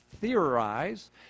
theorize